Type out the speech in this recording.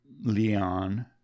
Leon